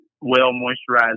well-moisturized